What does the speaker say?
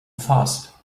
fast